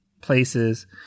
places